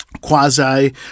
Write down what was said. Quasi